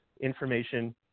information